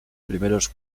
primeros